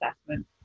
assessment